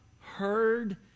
heard